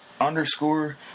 underscore